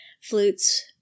flutes